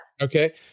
Okay